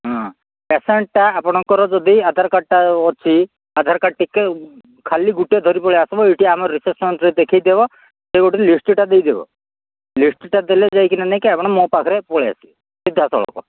ହଁ ପେସେଣ୍ଟଟା ଆପଣଙ୍କର ଯଦି ଆଧାର କାର୍ଡ୍ଟା ଅଛି ଆଧାର କାର୍ଡ୍ ଟିକେ ଖାଲି ଗୋଟେ ଧରି ପଳେଇ ଆସିବ ଏଇଠି ଆମର ରିସେପ୍ସନ୍ରେ ଦେଖେଇ ଦେବ ସେ ଗୋଟେ ଲିଷ୍ଟଟା ଦେଇ ଦେବ ଲିଷ୍ଟଟା ଦେଲେ ଯାଇ କିନା ଆପଣ ମୋ ପାଖକୁ ପଳେଇ ଆସିବେ ସିଧା ସଳଖ